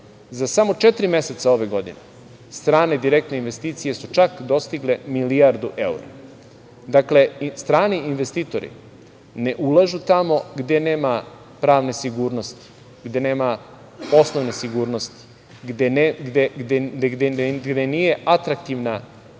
Za samo četiri meseca ove godine strane direktne investicije su čak dostigle milijardu evra. Dakle, strani investitori ne ulažu tamo gde nema pravne sigurnosti, gde nema poslovne sigurnosti, gde nije atraktivna